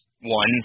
One